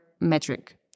metric